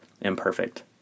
imperfect